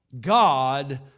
God